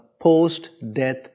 post-death